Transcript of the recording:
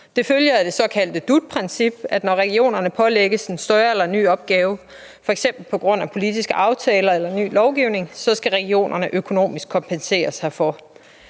Det følger af det såkaldte DUT-princip, at når regionerne pålægges en større eller en ny opgave f.eks. på grund af politiske aftaler eller ny lovgivning, skal regionerne økonomisk kompenseres herfor.